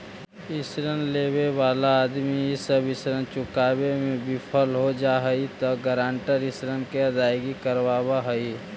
ऋण लेवे वाला आदमी इ सब ऋण चुकावे में विफल हो जा हई त गारंटर ऋण के अदायगी करवावऽ हई